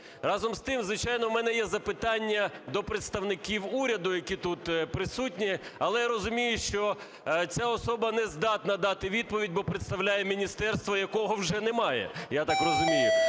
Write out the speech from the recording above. Разом із тим, звичайно, в мене є запитання до представників уряду, які тут присутні, але я розумію, що ця особа не здатна дати відповідь, бо представляє міністерство, якого вже немає, я так розумію.